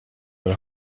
that